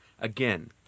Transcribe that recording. Again